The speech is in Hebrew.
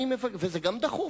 וזה גם דחוף,